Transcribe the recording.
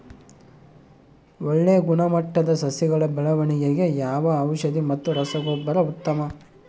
ಒಳ್ಳೆ ಗುಣಮಟ್ಟದ ಸಸಿಗಳ ಬೆಳವಣೆಗೆಗೆ ಯಾವ ಔಷಧಿ ಮತ್ತು ರಸಗೊಬ್ಬರ ಉತ್ತಮ?